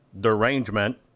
derangement